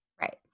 Right